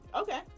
Okay